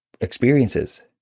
experiences